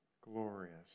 Glorious